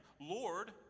Lord